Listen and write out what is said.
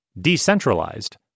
decentralized